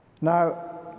Now